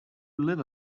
live